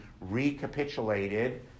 recapitulated